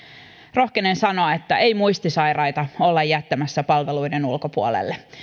rohkenen sanoa että ei muistisairaita olla jättämässä palveluiden ulkopuolelle